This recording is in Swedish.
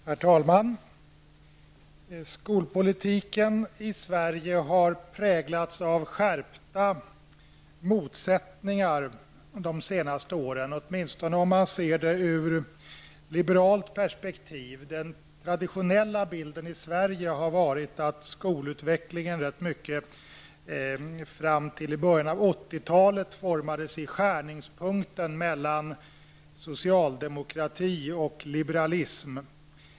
Herr talman! Skolpolitiken i Sverige har präglats av skärpta motsättningar de senaste åren, åtminstone om man ser på den ur liberalt perspektiv. Den traditionella bilden i Sverige har varit att skolutvecklingen mycket fram till i början av 80-talet formades i skärningspunkten mellan socialdemokrati och liberalism.